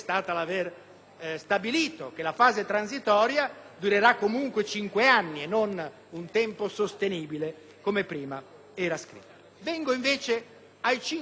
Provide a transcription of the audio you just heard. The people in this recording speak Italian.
stabilito che la fase transitoria durerà comunque cinque anni e non «un tempo sostenibile», come prima era scritto. Vengo invece ai punti